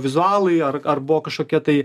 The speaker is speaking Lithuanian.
vizualai ar ar buvo kažkokie tai